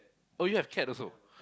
oh you have cat also